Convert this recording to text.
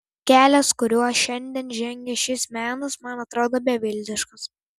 kelias kuriuo šiandien žengia šis menas man atrodo beviltiškas